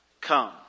come